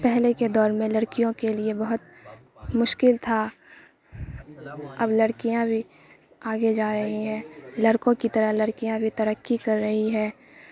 پہلے کے دور میں لڑکیوں کے لیے بہت مشکل تھا اب لڑکیاں بھی آگے جا رہی ہیں لڑکوں کی طرح لڑکیاں بھی ترقی کر رہی ہیں